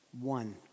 One